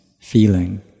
feeling